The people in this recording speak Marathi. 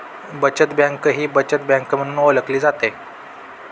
बचत बँक ही बचत बँक म्हणून ओळखली जाते